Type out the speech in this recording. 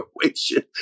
situation